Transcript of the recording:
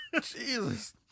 Jesus